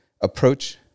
approach